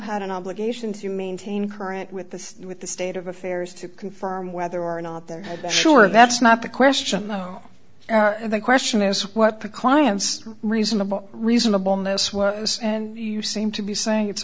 had an obligation to maintain current with this with the state of affairs to confirm whether or not they're sure that's not the question no the question is what the client's reasonable reasonableness what it was and you seem to be saying it's